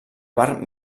bar